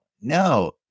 no